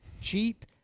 cheap